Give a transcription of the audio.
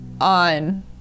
on